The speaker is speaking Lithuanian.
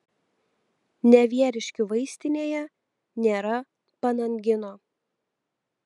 nevieriškių vaistinėje nėra panangino